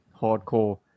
hardcore